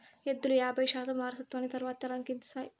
ఎద్దులు యాబై శాతం వారసత్వాన్ని తరువాతి తరానికి ఇస్తాయి